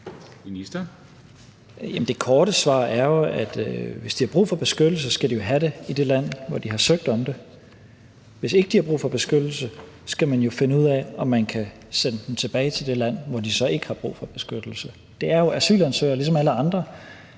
korte svar er jo, at hvis de har brug for beskyttelse, skal de jo have det i det land, hvor de har søgt om det. Hvis ikke de har brug for beskyttelse, skal man jo finde ud af, om man kan sende dem tilbage til det land, hvor de så ikke har brug for beskyttelse. Det er jo asylansøgere ligesom alle andre.